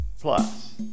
Plus